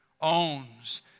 owns